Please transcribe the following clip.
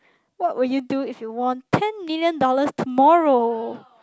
what will you do if you won ten million dollars tomorrow